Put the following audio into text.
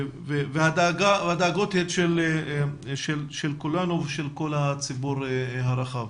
הדאגות הן של כולנו, של כל הציבור הרחב.